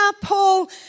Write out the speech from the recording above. Paul